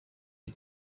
die